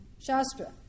Shastra